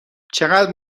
چقدر